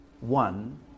one